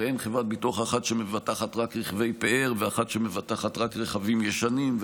הרי אין חברת ביטוח אחת שמבטחת רק רכבי פאר ואחת שמבטחת רק רכבים ישנים.